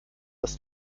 was